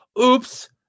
Oops